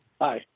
Hi